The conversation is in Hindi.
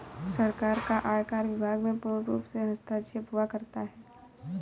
सरकार का आयकर विभाग में पूर्णरूप से हस्तक्षेप हुआ करता है